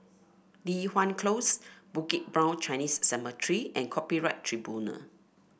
Li Hwan Close Bukit Brown Chinese Cemetery and Copyright Tribunal